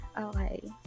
okay